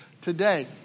today